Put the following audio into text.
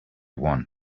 want